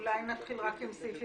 אתם יודעים למה אני מעביר הרבה חוקים?